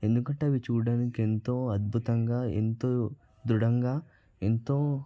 ఎందుకంటే అవి చూడడానికి ఎంతో అద్భుతంగా ఎంతో దృఢంగా ఎంతో